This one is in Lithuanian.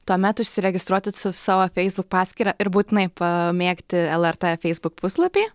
tuomet užsiregistruoti su savo facebook paskyra ir būtinai pamėgti lrt facebook puslapį